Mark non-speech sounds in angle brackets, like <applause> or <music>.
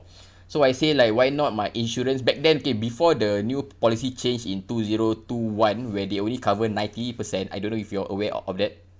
<breath> so I say like why not my insurance back then K before the new policy change in two zero two one where they only cover ninety percent I don't know if you're aware of that